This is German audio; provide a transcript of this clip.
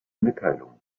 mitteilungen